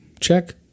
Check